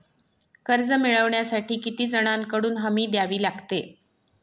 कर्ज मिळवण्यासाठी किती जणांकडून हमी द्यावी लागते?